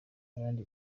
abandi